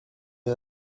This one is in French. est